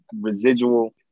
residual